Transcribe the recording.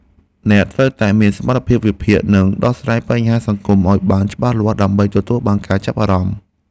អ្នកត្រូវតែមានសមត្ថភាពវិភាគនិងដោះស្រាយបញ្ហាសង្គមឱ្យបានច្បាស់លាស់ដើម្បីទទួលបានការចាប់អារម្មណ៍។